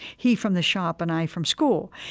he from the shop and i from school.